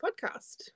podcast